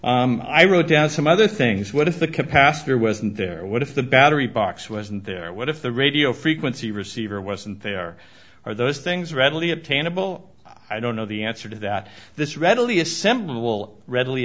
batteries i wrote down some other things what if the capacitor wasn't there what if the battery box wasn't there what if the radio frequency receiver wasn't there are those things readily obtainable i don't know the answer to that this readily assemble will readily